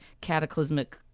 cataclysmic